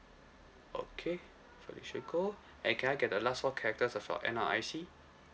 okay felicia goh and can I get the last four characters of your N_R_I_C